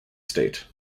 state